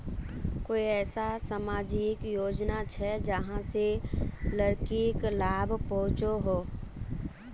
कोई ऐसा सामाजिक योजना छे जाहां से लड़किक लाभ पहुँचो हो?